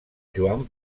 joan